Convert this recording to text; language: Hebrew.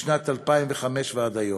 משנת 2005 עד היום.